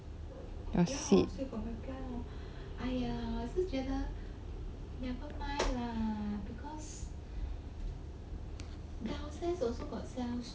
your seed